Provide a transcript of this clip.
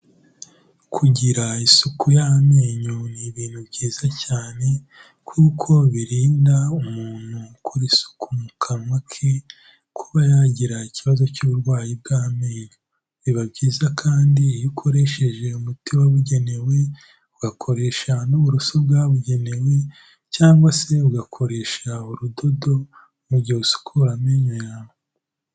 Kugira isuku y'amenyo ni ibintu byiza cyane, kuko birinda umuntu ukora isuku mu kanwa ke, kuba yagira ikibazo cy'uburwayi bw'amenyo. Biba byiza kandi iyo ukoresheje umuti wabugenewe, ugakoresha n'uburoso bwabugenewe, cyangwa se ugakoresha urudodo, mu mugihe usukura amenyo yawe.